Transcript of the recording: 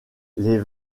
les